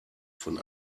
von